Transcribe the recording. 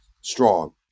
strong